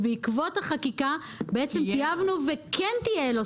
ובעקבות החקיקה בעצם טייבנו וכן תהיה לו סמכות.